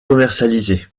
commercialisé